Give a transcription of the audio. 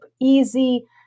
easy